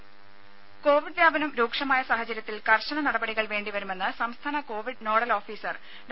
രേര കോവിഡ് വ്യാപനം രൂക്ഷമായ സാഹചര്യത്തിൽ കർശന നടപടികൾ വേണ്ടി വരുമെന്ന് സംസ്ഥാന കോവിഡ് നോഡൽ ഓഫീസർ ഡോ